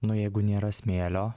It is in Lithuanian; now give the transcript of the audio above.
nu jeigu nėra smėlio